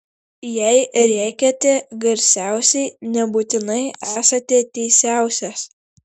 jei rėkiate garsiausiai nebūtinai esate teisiausias